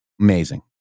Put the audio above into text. amazing